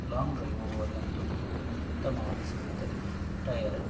long drive ಹೋಗುವವರಿಗಂತೂ ಉತ್ತಮವಾಗಿ ಸಿಗುತ್ತದೆ ಟಯರ